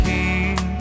King